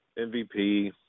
MVP